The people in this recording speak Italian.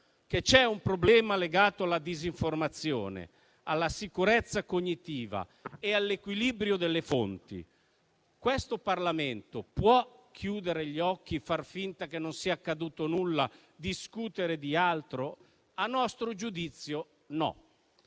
che c'è un problema legato alla disinformazione, alla sicurezza cognitiva e all'equilibrio delle fonti, questo Parlamento può chiudere gli occhi, far finta che non sia accaduto nulla e discutere di altro? A nostro giudizio, no.